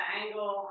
angle